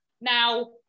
Now